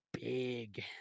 big